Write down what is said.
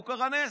פה קרה נס,